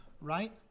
right